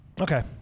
Okay